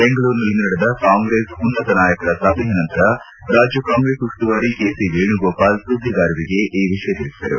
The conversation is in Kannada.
ಬೆಂಗಳೂರಿನಲ್ಲಿಂದು ನಡೆದ ಕಾಂಗ್ರೆಸ್ ಉನ್ನತ ನಾಯಕರ ಸಭೆಯ ನಂತರ ರಾಜ್ಯ ಕಾಂಗ್ರೆಸ್ ಉಸ್ತುವಾರಿ ಕೆ ಸಿ ವೇಣುಗೋಪಾಲ್ ಸುದ್ದಿಗಾರರಿಗೆ ಈ ವಿಷಯ ತಿಳಿಸಿದರು